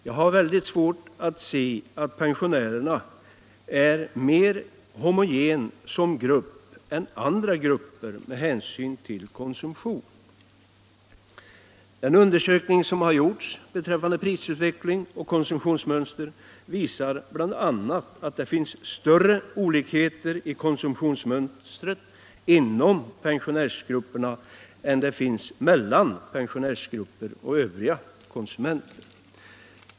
Jag har svårt att se att pensionärsgruppen med hänsyn till konsumtionen är mer homogen som grupp än andra grupper. En undersökning som gjorts beträffande prisutveckling och konsumtionsmönster visar bl.a. att det finns större olikheter i konsumtionsmönstret inom pensionärsgrupperna än det finns mellan pensionärsgrupper och övriga konsumenter.